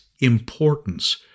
importance